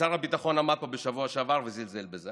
ששר הביטחון עמד פה בשבוע שעבר וזלזל בזה?